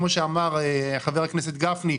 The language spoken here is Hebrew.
כמו שאמר חבר הכנסת גפני,